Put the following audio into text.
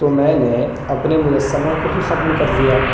تو میں نے اپنے مجسمہ کو ہی ختم کر دیا